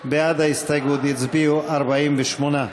בעד ההסתייגות הצביעו 48,